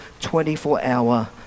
24-hour